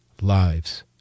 lives